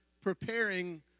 Preparing